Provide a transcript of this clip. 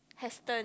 hasten